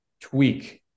tweak